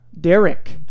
Derek